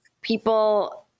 people